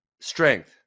Strength